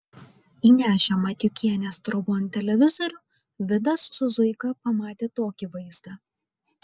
įnešę matiukienės trobon televizorių vidas su zuika pamatė tokį vaizdą